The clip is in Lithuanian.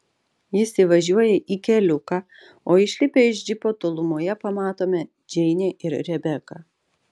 jis įvažiuoja į keliuką o išlipę iš džipo tolumoje pamatome džeinę ir rebeką